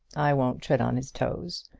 i won't tread on his toes.